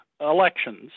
elections